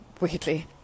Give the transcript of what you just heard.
weirdly